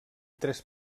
tres